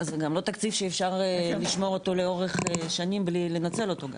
זה גם לא תקציב שאפשר לשמור אותו לאורך שנים בלי לנצל אותו גם.